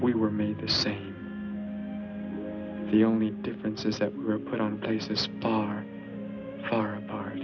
we were made to say the only difference is that were put on cases par far apart